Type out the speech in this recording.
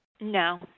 No